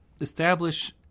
establish